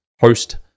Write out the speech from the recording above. host